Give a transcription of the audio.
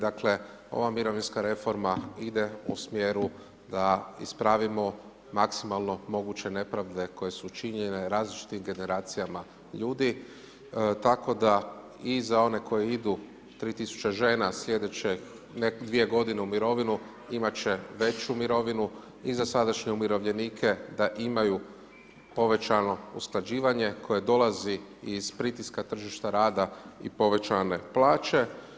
Dakle ova mirovinska reforma ide u smjeru da ispravimo maksimalno moguće nepravde koje su činjene različitim generacijama ljudi tako da i za one koji idu 3000 žena sljedeće dvije godine u mirovinu imat će veću mirovinu i za sadašnje umirovljenike da imaju povećano usklađivanje koje dolazi iz pritiska tržišta rada i povećane plaće.